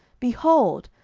behold,